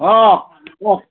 অ ক